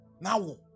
Now